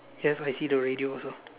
yes I see the radio also